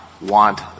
want